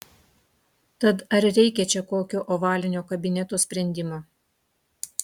tad ar reikia čia kokio ovalinio kabineto sprendimo